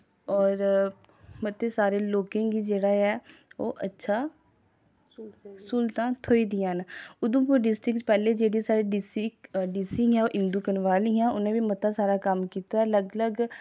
होर मते सारे लोकें गी जेह्ड़ा ऐ ओह् अच्छा स्हूलतां थ्होई दियां न उधमपुर डिस्ट्रिक च पैह्लें जेह्ड़े साढ़े डी सी डी सी हियां ओह् इंदू कंवल हियां उ'नें बी मता सारा कम्म कीते दा ऐ लग्ग लग्ग